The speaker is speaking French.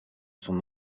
son